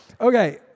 okay